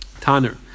tanner